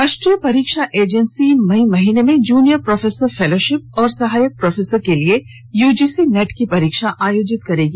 राष्ट्रीय परीक्षा एजेंसी मई माह में जूनियर प्रोफेसर फेलोशिप और सहायक प्रोफेसर के लिए यूजीसी नेट की परीक्षा आयोजित करेगी